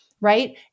right